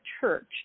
church